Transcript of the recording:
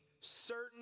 certain